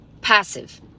passive